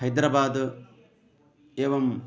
हैद्रबाद् एवं